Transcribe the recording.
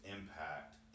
impact